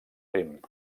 crim